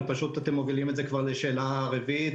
אבל אתם מובילים את זה לשאלה רביעית.